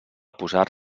posar